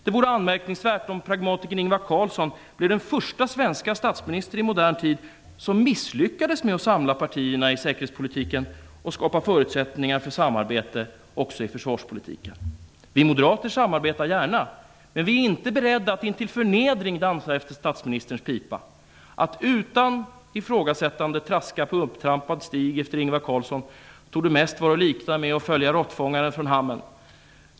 Det vore anmärkningsvärt om pragmatikern Ingvar Carlsson blir den första svenska statsminister i modern tid som misslyckas med att samla partierna i säkerhetspolitiken och skapa förutsättningar för samarbete också i försvarspolitiken. Vi moderater samarbetar gärna, men vi är inte beredda att intill förnedring dansa efter statsministerns pipa. Att utan ifrågasättande traska på upptrampad stig efter Ingvar Carlsson torde mest vara att likna vid att följa råttfångaren från Hameln.